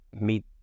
meet